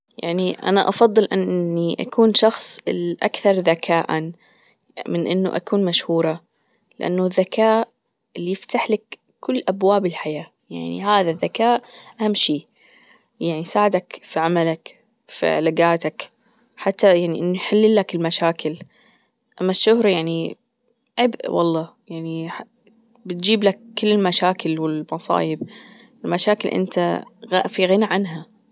يعني أنا أفضل أني أكون شخص الأكثر ذكاء من إنه أكون مشهورة لأنه الذكاء اللي يفتح لك كل أبواب الحياة يعني هذا ذكاء أهم شي يعني يساعدك في عملك في علاجاتك حتى يعني نحل لك المشاكل أما الشهرة يعني عبء والله يعني بتجيب لك كل المشاكل والمصايب المشاكل أنت في غنى عنها.